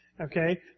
Okay